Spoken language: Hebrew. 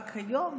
רק היום,